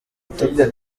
ataka